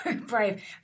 brave